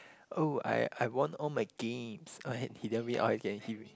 oh I I won all my games he